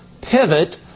pivot